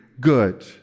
good